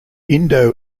indo